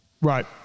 Right